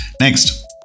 Next